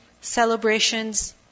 Celebrations